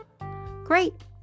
Great